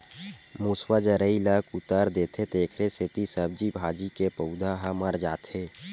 मूसवा जरई ल कुतर देथे तेखरे सेती सब्जी भाजी के पउधा ह मर जाथे